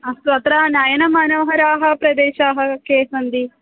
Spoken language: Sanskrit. अस्तु अत्र नयनमानोहराणि प्रदेशाः के सन्ति